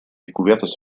découvertes